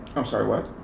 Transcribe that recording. i'm sorry, what?